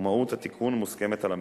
ומהות התיקון מוסכמת על המשרד.